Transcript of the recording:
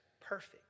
perfect